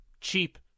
cheap